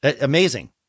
amazing